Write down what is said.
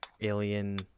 alien